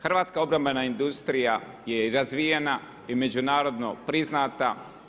Hrvatska obrambena industrija je i razvijena i međunarodno priznata.